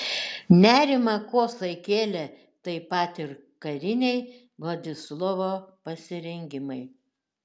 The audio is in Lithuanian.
nerimą kosai kėlė taip pat ir kariniai vladislovo pasirengimai